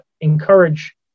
encourage